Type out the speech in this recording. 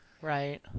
Right